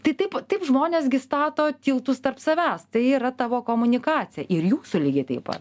tai taip taip žmonės gi stato tiltus tarp savęs tai yra tavo komunikacija ir jūsų lygiai taip pat